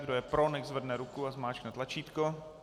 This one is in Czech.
Kdo je pro, nechť zvedne ruku a zmáčkne tlačítko.